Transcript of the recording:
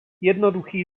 jednoduchý